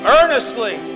earnestly